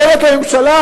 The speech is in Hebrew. אומרת הממשלה: